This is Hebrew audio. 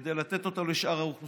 כדי לתת אותה לשאר האוכלוסייה,